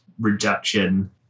reduction